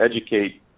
educate